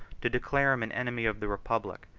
to declare him an enemy of the republic,